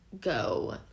go